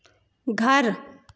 घर